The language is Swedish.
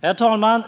Herr talman!